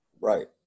Right